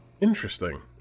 Interesting